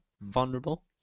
Vulnerable